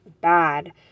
bad